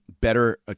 better